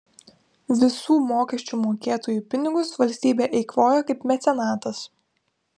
visų mokesčių mokėtojų pinigus valstybė eikvojo kaip mecenatas